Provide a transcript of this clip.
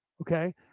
Okay